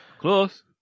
close